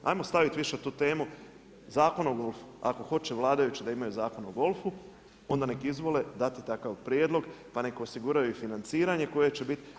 Hajmo staviti više tu temu zakon o golfu, ako hoće vladajući da imaju zakon o golfu onda neka izvole dati takav prijedlog, pa neka osiguraju i financiranje koje će biti.